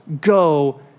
go